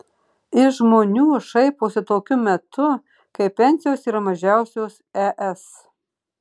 iš žmonių šaiposi tokiu metu kai pensijos yra mažiausios es